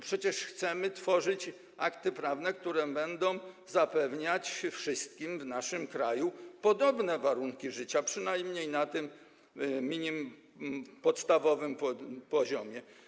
Przecież chcemy tworzyć akty prawne, które będą zapewniać wszystkim w naszym kraju podobne warunki życia, przynajmniej na tym podstawowym poziomie.